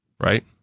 Right